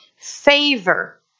favor